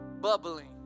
bubbling